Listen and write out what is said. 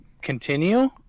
continue